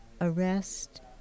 arrest